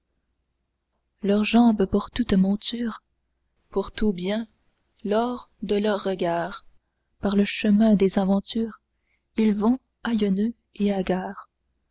leurs jambes pour toutes montures pour tous biens l'or de leurs regards par le chemin des aventures ils vont haillonneux et hagards